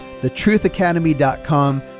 thetruthacademy.com